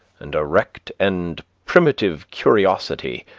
and erect and primitive curiosity,